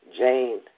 Jane